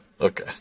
Okay